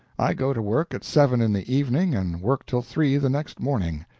i go to work at seven in the evening and work till three the next morning.